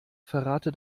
verrate